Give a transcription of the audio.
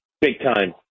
big-time